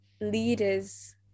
leaders